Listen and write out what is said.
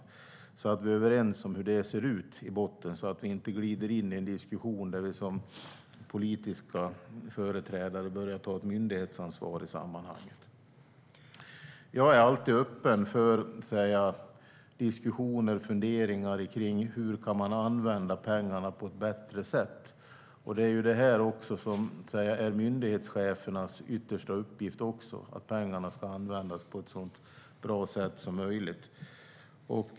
Det är viktigt att vi är överens om hur detta ser ut i botten, så att vi inte glider in i en diskussion där politiska företrädare börjar ta myndighetsansvar. Jag är alltid öppen för diskussioner och funderingar om hur man kan använda pengarna på bättre sätt. Detta är också myndighetschefernas yttersta uppgift - pengarna ska användas på ett så bra sätt som möjligt.